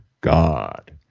God